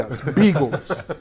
Beagles